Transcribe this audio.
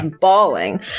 bawling